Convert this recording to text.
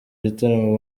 gitaramo